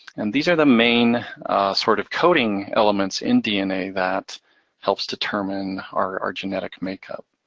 and these are the main sort of coding elements in dna that helps determine our genetic makeup.